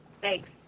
Thanks